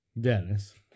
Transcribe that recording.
Dennis